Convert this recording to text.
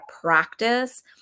practice